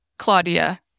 Claudia